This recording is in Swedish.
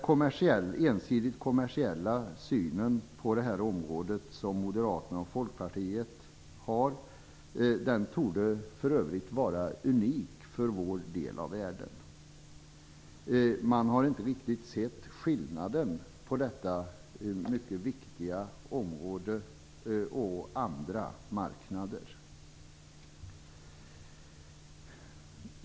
Den ensidigt kommersiella syn på det här området som Moderaterna och Folkpartiet har torde för övrigt vara unik för vår del av världen. Man har inte riktigt sett skillnaden mellan detta mycket viktiga område och andra marknader.